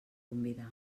convidar